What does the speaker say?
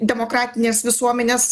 demokratinės visuomenės